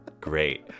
great